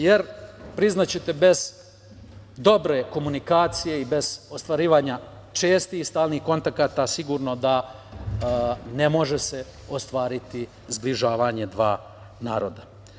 Jer, priznaćete, bez dobre komunikacije i bez ostvarivanja čestih i stalnih kontakata sigurno da se ne može ostvariti zbližavanje dva naroda.